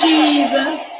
Jesus